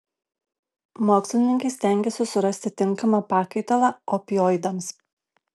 mokslininkai stengiasi surasti tinkamą pakaitalą opioidams